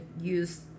use